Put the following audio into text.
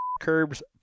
curbs